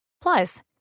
Plus